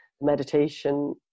meditation